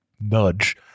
nudge